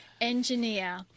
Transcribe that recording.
engineer